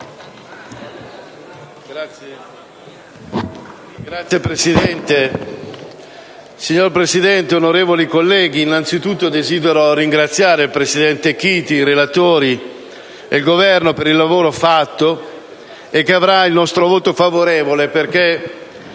SUSTA *(SCpI)*. Signor Presidente, onorevoli colleghi, innanzitutto desidero ringraziare il presidente Chiti, i relatori ed il Governo per il lavoro fatto e che avrà il nostro voto favorevole.